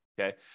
Okay